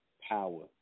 power